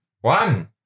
one